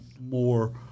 more